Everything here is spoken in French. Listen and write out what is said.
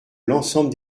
l’ensemble